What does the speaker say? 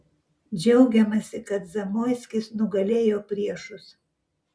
džiaugiamasi kad zamoiskis nugalėjo priešus